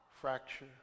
fracture